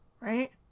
Right